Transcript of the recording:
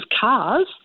cars